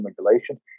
modulation